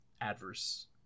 adverse